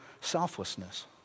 selflessness